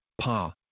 Pa